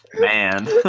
Man